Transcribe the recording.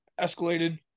escalated